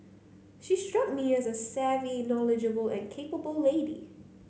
she struck me as a savvy knowledgeable and capable lady